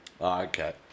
Okay